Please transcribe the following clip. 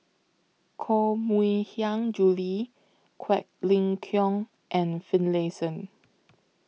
Koh Mui Hiang Julie Quek Ling Kiong and Finlayson